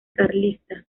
carlista